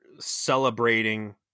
Celebrating